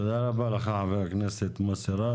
תודה רבה לך, חבר הכנסת מוסי רז.